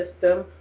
system